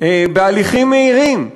בהליכים מהירים,